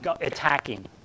attacking